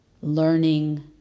Learning